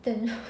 then